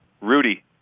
Rudy